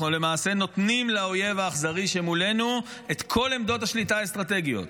אנחנו למעשה נותנים לאויב האכזרי שמולנו את כל עמדות השליטה האסטרטגיות: